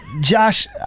Josh